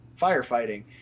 Firefighting